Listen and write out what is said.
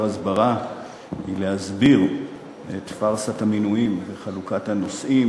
הסברה היא להסביר את פארסת המינויים וחלוקת הנושאים